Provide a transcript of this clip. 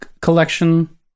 collection